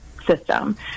System